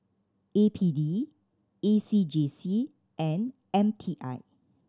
A P D A C J C and M T I